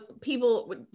people